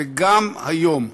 וגם היום,